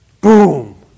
Boom